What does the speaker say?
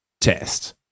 test